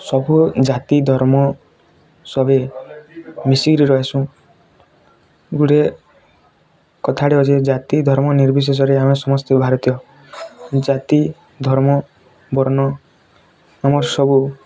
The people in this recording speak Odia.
ସବୁ ଜାତି ଧର୍ମ ସବେ ମିଶିକିରି ରହିସୁଁ ଗୁଟେ କଥା ଟେ ଅଛେ ଜାତି ଧର୍ମ ନିର୍ବିଶେଷ ରେ ଆମେ ସମସ୍ତେ ଭାରତୀୟ ଜାତି ଧର୍ମ ବର୍ଣ୍ଣ ଆମର ସବୁ